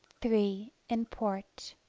three. in port